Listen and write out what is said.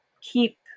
keep